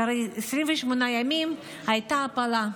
אחרי 28 ימים הייתה הפלה.